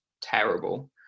terrible